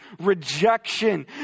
rejection